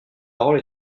parole